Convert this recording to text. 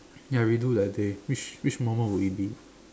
ya we do that day which which moment will it be